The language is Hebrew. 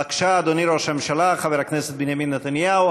בבקשה, אדוני ראש הממשלה חבר הכנסת בנימין נתניהו.